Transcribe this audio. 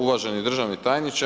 Uvaženi državni tajniče.